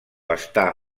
està